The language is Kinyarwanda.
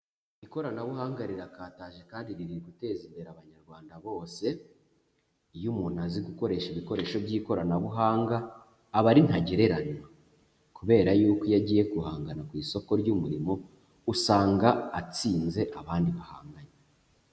Ikoranabuhanga rirakataje kandi riri guteza imbere Abanyarwanda bose, iyo umuntu azi gukoresha ibikoresho by'ikoranabuhanga, aba ari ntagereranywa kubera y'uko iyo agiye guhangana ku isoko ry'umurimo, usanga atsinze abandi bahanganye.